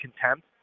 contempt